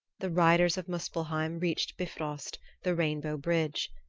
the riders of muspelheim reached bifrost, the rainbow bridge.